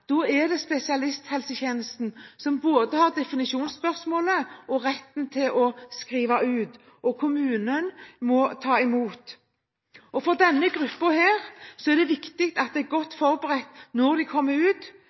Da er det spesialisthelsetjenesten som har både definisjonsmakten og retten til å skrive ut, og kommunen må ta imot. For denne gruppen er det viktig at det er godt forberedt når de kommer ut